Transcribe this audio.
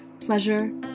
Pleasure